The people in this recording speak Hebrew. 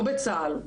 לא בצה"ל,